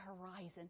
horizon